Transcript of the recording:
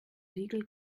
regel